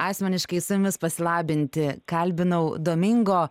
asmeniškai su jumis pasilabinti kalbinau domingo